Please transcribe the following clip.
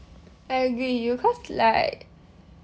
I agree because like